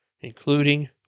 including